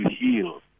heal